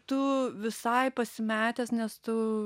tu visai pasimetęs nes tu